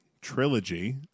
trilogy